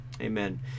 Amen